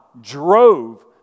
drove